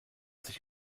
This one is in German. sich